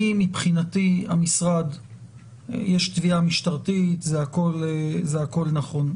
מבחינתי, יש תביעה משטרתית, זה הכול נכון.